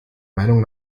meinung